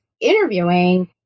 interviewing